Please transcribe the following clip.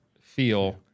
feel